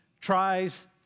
tries